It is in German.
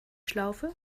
schlaufe